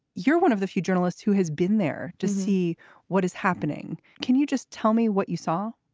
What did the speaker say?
you're one of the few journalists who has been there to see what is happening. can you just tell me what you saw?